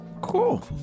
Cool